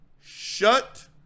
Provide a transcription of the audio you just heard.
shut